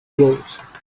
road